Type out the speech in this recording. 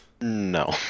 No